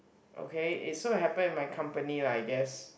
okay it sort of happen in my company lah I guess